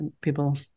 people